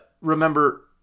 remember